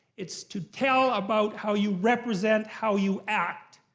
it's to tell about how you represent how you act.